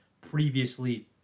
previously